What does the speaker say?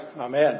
Amen